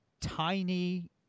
tiny—